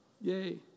Yay